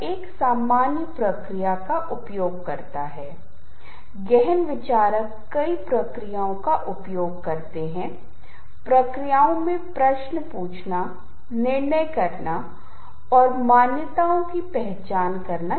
उदाहरण के लिए हम कहते हैं कि मैं एक टैपिंग ध्वनि उत्पन्न करता हूं और आप इसे तुरंत मेरे पेन से टेबल बजाने से जोड़ते हैं यदि आप कोई ऐसी ध्वनि सुनते हैं जिसे आप बहुत कम सुन पा रहे हैं तो आप तुरंत कोशिश करेंगे किस जगह से यह विशेष शोर आ रहा है और उसकी पहचान करेंगे